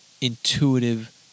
intuitive